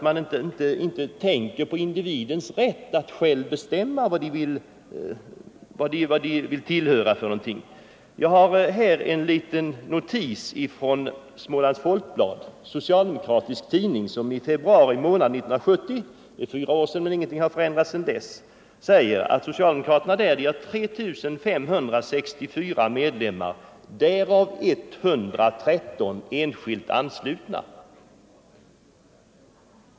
Man tänker inte på individernas rätt att själva bestämma vad de vill tillhöra. Jag har här en liten notis från Smålands Folkblad, en socialdemokratisk tidning, som i februari 1970 — det är fyra år sedan men ingenting har förändrats sedan dess — säger att socialdemokraterna där har 3 564 medlemmar, därav 113 enskilt anslutna.